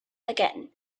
again